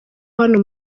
hano